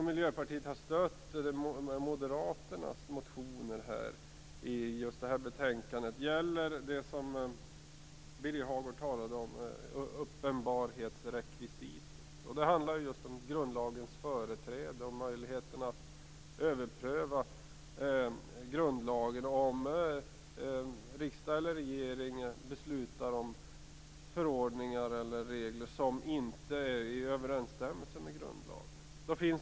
Miljöpartiet har stött moderaternas motion i fråga om uppenbarhetsrekvisitet, som Birger Hagård talade om. Det handlar just om grundlagens företräde, möjligheten att överpröva grundlagen om riksdag eller regeringen beslutar om förordningar eller regler som inte står i överensstämmelse med grundlagen.